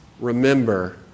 remember